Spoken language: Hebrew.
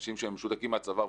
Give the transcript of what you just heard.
אנשים שהם משותקים מהצוואר ומטה,